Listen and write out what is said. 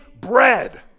bread